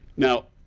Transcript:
now,